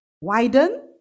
widen